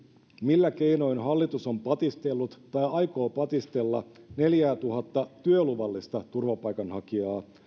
millä keinoin hallitus on patistellut tai aikoo patistella neljäätuhatta työluvallista turvapaikanhakijaa